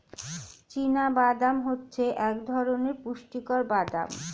চীনা বাদাম হচ্ছে এক ধরণের পুষ্টিকর বাদাম